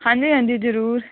ਹਾਂਜੀ ਹਾਂਜੀ ਜ਼ਰੂਰ